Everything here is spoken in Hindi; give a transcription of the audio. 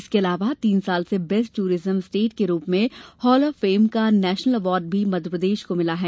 इसके अलावा तीन साल से बेस्ट ट्ररिज्म स्टेट के रूप में हॉल ऑफ फेम का नेशनल अवार्ड भी मध्यप्रदेश को मिला है